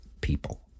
people